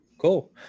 cool